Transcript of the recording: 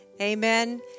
Amen